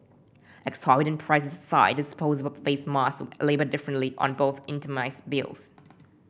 exorbitant prices aside disposable face masks were labelled differently on both itemised bills